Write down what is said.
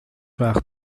وقت